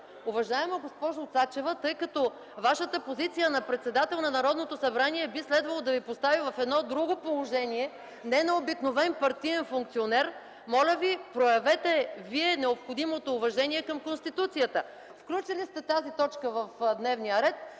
Уважаема госпожо Цачева, тъй като Вашата позиция на председател на Народното събрание би следвало да Ви постави в едно друго положение, не на обикновен партиен функционер, моля Ви, проявете необходимото уважение към Конституцията. Включили сте тази точка в дневния ред.